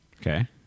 Okay